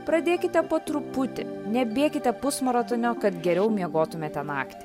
pradėkite po truputį nebėkite pus maratonio kad geriau miegotumėte naktį